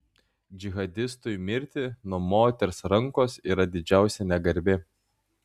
džihadistui mirti nuo moters rankos yra didžiausia negarbė